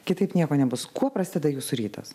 kitaip nieko nebus kuo prasideda jūsų rytas